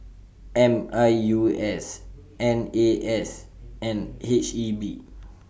M U I S N A S and H E B